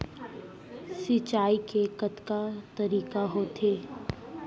सिंचाई के कतका तरीक़ा होथे?